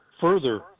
further